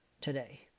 today